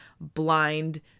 blind